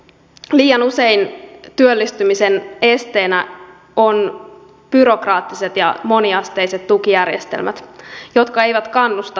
liian usein työllistymisen esteenä ovat byrokraattiset ja moniasteiset tukijärjestelmät jotka eivät kannusta työllistymiseen